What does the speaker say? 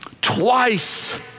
twice